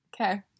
okay